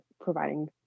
providing